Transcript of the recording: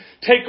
Take